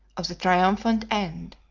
of the triumphant end.